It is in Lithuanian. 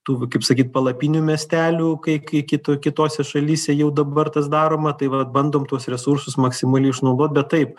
tų kaip sakyt palapinių miestelių kai kai kito kitose šalyse jau dabar tas daroma tai va bandom tuos resursus maksimaliai išnaudot bet taip